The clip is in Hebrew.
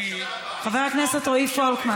חבר'ה, אני,